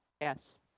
Yes